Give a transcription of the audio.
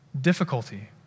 difficulty